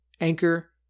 Anchor